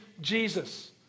Jesus